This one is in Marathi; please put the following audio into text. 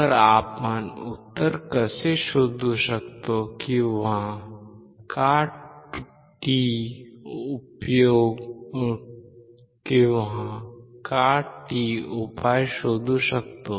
तर आपण उत्तर कसे शोधू शकता किंवा का t उपाय शोधू शकतो